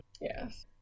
Yes